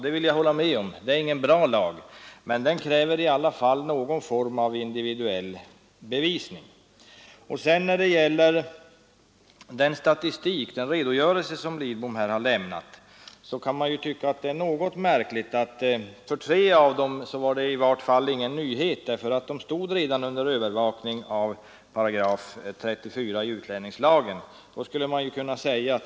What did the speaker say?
Det vill jag hålla med om, det är ingen bra lag, men den kräver i alla fall någon form av individuell bevisning. När det sedan gäller den redogörelse som statsrådet Lidbom lämnade kan man tycka att det är något märkligt att i tre av fallen övervakningen inte var någon nyhet därför att de redan stod under övervakning med stöd av 348 utlänningslagen.